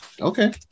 Okay